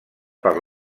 per